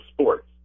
sports